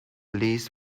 least